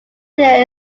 their